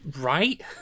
Right